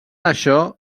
això